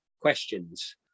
questions